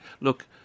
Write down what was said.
Look